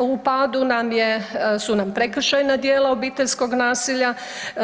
U padu su nam prekršajna djela obiteljskog nasilja,